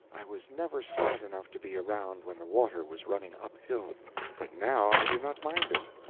i was never smart enough to be around when the water was running uphill but now i do not mind it.